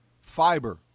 fiber